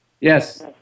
Yes